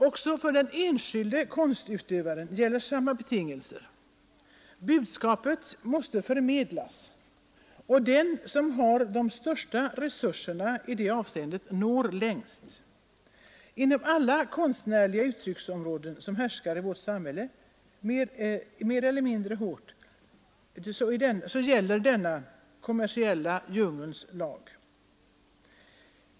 Också för den enskilde konstutövaren gäller samma betingelser: Budskapet måste förmedlas, och den som har de största resurserna i det avseendet når längst. Inom alla konstnärliga uttrycksområden härskar i vårt samhälle, mer eller mindre hård, denna den kommersiella djungelns lag.